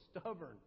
stubborn